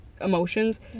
emotions